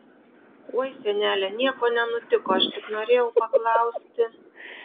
oi senele nieko nenutiko aš tik norėjau paklausti